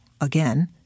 again